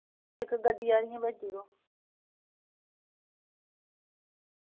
इक गड्डी हारियां भेजूड़ो